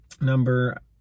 number